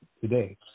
today